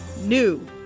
NEW